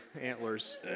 antlers